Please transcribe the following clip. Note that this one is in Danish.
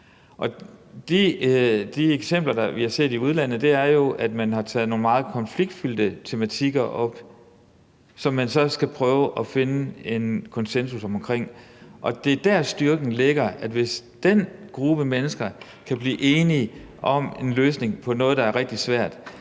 De eksempler, vi har set i udlandet, er jo, at man har taget nogle meget konfliktfyldte tematikker op, som man så skal prøve at finde en konsensus omkring, og det er der, styrken ligger: Hvis den gruppe mennesker kan blive enige om en løsning på noget, der er rigtig svært,